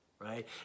right